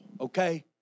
okay